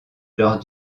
lors